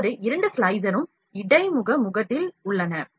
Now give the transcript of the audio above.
இப்போது இரண்டு ஸ்லைசரும் இடைமுக முகத்தில் உள்ளன